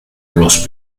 los